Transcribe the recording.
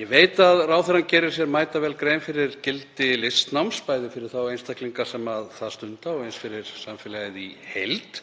Ég veit að ráðherrann gerir sér mætavel grein fyrir gildi listnáms, bæði fyrir þá einstaklinga sem það stunda og eins fyrir samfélagið í heild